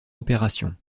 opération